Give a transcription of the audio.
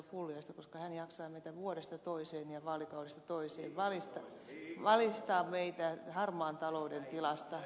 pulliaista koska hän jaksaa vuodesta toiseen ja vaalikaudesta toiseen valistaa meitä harmaan talouden tilasta